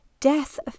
Death